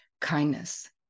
kindness